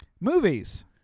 Movies